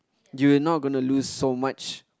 you'll not gonna lose so much